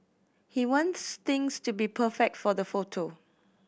he wants things to be perfect for the photo